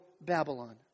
Babylon